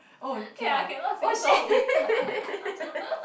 ya cannot sing song